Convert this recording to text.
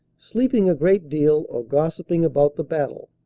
sleeping a great deal or gossiping about the battle.